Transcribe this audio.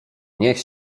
niech